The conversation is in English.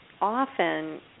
often